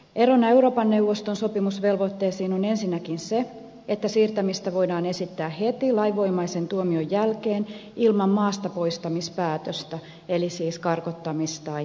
erona euroopan neuvoston sopimusvelvoitteisiin on ensinnäkin se että siirtämistä voidaan esittää heti lainvoimaisen tuomion jälkeen ilman maastapoistamispäätöstä eli siis karkottamis tai käännytyspäätöstä